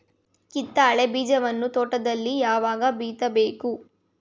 ಕಿತ್ತಳೆ ಬೀಜವನ್ನು ತೋಟದಲ್ಲಿ ಯಾವಾಗ ಬಿತ್ತಬೇಕು?